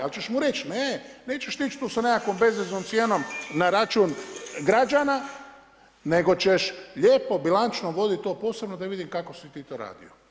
Ali ćeš mu reći – ne, nećeš ti tu ići sa nekom bezveznom cijenom na račun građana, nego ćeš lijepo bilančno voditi to posebno da vidim kako si ti to radio.